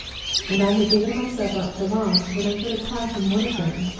and i had given myself up for lost, when i heard a cry from one of them,